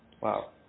Wow